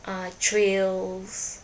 uh trails